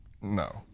no